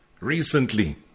Recently